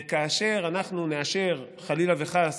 וכאשר אנחנו נאשר, חלילה וחס,